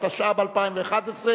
התשע"ב 2012,